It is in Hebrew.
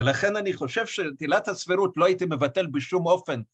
לכן אני חושב שאת עילת הסבירות לא הייתי מבטל בשום אופן.